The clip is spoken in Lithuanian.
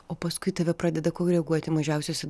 o paskui tave pradeda koreguoti mažiausiuose